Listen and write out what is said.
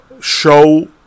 Show